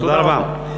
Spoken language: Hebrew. תודה רבה.